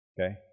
Okay